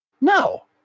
no